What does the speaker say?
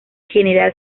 general